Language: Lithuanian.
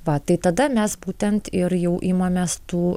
va tai tada mes būtent ir jau imamės tų